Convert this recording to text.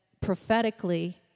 prophetically